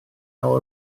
lawer